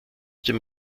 dem